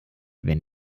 wenn